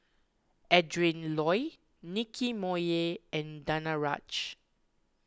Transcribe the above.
Adrin Loi Nicky Moey and Danaraj